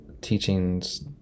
teachings